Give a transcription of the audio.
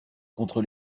contre